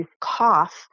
cough